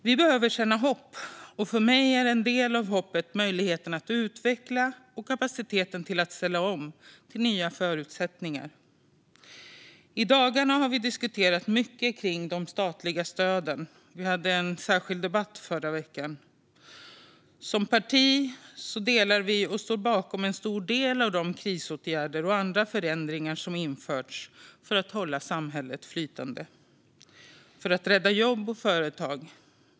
Vi behöver känna hopp, och för mig är en del av detta hopp möjligheten att utveckla kapaciteten att ställa om till nya förutsättningar. I dagarna har vi diskuterat mycket kring de statliga stöden. Vi hade en särskild debatt i förra veckan. Som parti står vi bakom en stor del av de krisåtgärder och andra förändringar som införts för att hålla samhället flytande och rädda jobb och företag.